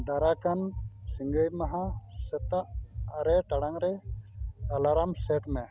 ᱫᱟᱨᱟᱭᱠᱟᱱ ᱥᱤᱸᱜᱮ ᱢᱟᱦᱟ ᱥᱮᱛᱟᱜ ᱟᱨᱮ ᱴᱟᱲᱟᱝᱨᱮ ᱮᱞᱟᱨᱢ ᱥᱮᱴ ᱢᱮ